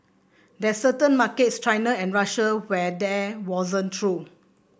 there's certain markets China and Russia where that wasn't true